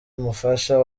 umufasha